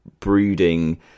brooding